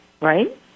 right